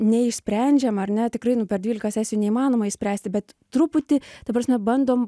neišsprendžiama ar ne tikrai nu per dvylika sesijų neįmanoma išspręsti bet truputį ta prasme bandom